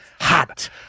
Hot